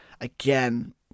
again